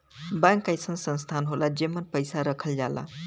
bank अइसन संस्था होला जेमन पैसा रखल जाला